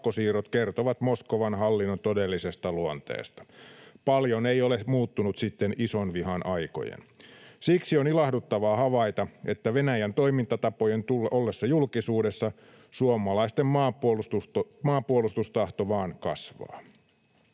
pakkosiirrot kertovat Moskovan hallinnon todellisesta luonteesta — paljon ei ole muuttunut sitten isonvihan aikojen. Siksi on ilahduttavaa havaita, että Venäjän toimintatapojen ollessa julkisuudessa suomalaisten maanpuolustustahto vain kasvaa.